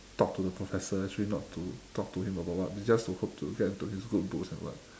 talk to the professor actually not to talk to him about what they just to hope to get into his good books and what